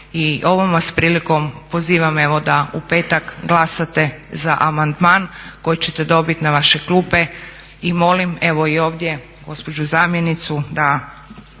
ovom vas prilikom pozivam evo da u petak glasate za amandman koji ćete dobiti na vaše klupe i molim evo i ovdje gospođu zamjenicu da